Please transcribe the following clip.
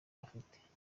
afite